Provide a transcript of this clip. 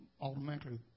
automatically